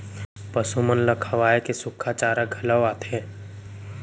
पसु मन ल खवाए के सुक्खा चारा घलौ आथे